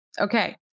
okay